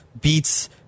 beats